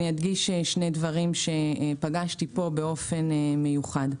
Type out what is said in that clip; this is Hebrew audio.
אדגיש שני דברים שפגשתי פה באופן מיוחד.